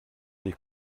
des